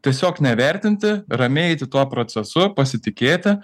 tiesiog nevertinti ramiai eiti tuo procesu pasitikėti